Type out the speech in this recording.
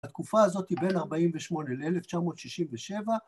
התקופה הזאת היא בין 48 אל 1967